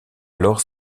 alors